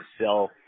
sell